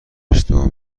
اشتباه